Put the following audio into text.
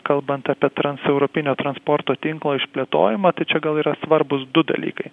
kalbant apie transeuropinio transporto tinklo išplėtojimą tai čia gal yra svarbūs du dalykai